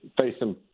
facing